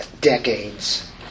decades